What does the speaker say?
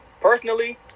personally